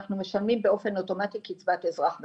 אנחנו משלמים באופן אוטומטי קצבת אזרח ותיק.